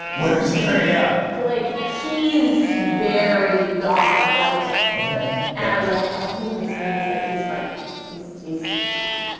where's fury? yeah. they're like, he's very gone. like okay. and i was like, i think this means that he's like he's he's dead.